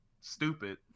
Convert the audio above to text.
stupid